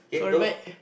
sorry mate